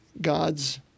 God's